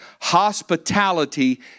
hospitality